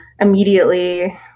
immediately